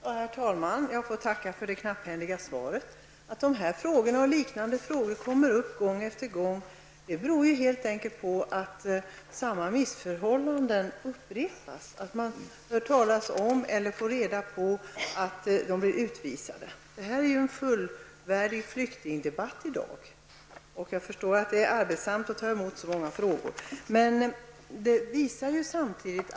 Herr talman! Jag får tacka för det knapphändiga svaret. Att dessa och liknande frågor kommer upp gång efter annan beror helt enkelt på att samma missförhållanden återupprepas. Man hör talas om att dessa kvinnor blir utvisade. Vi har i dag fått en fullvärdig flyktingdebatt. Jag förstår att det är arbetssamt att få ta emot så många frågor.